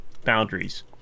Boundaries